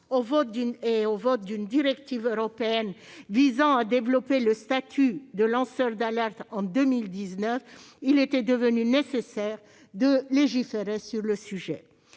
et au vote en 2019 d'une directive européenne visant à développer le statut de lanceur d'alerte, il était devenu nécessaire de légiférer sur le sujet.